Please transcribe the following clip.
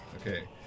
Okay